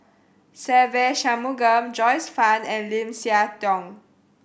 Se Ve Shanmugam Joyce Fan and Lim Siah Tong